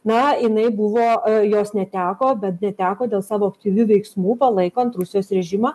na jinai buvo jos neteko bet neteko dėl savo aktyvių veiksmų palaikant rusijos režimą